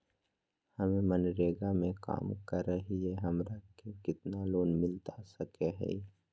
हमे मनरेगा में काम करे हियई, हमरा के कितना लोन मिलता सके हई?